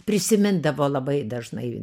prisimindavo labai dažnai